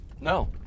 No